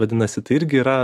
vadinasi tai irgi yra